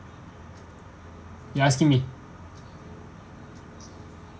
you asking me